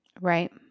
Right